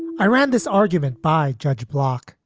i ran this argument by judge block.